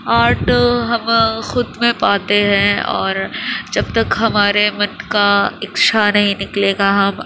art ہم خود میں پاتے ہیں اور جب تک ہمارے من کا اکشا نہیں نکلے گا ہم